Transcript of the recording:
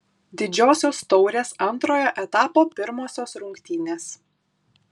didžiosios taurės antrojo etapo pirmosios rungtynės